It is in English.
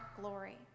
glory